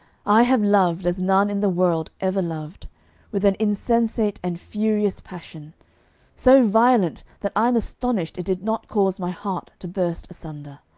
i have loved as none in the world ever loved with an insensate and furious passion so violent that i am astonished it did not cause my heart to burst asunder.